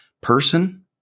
person